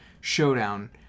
showdown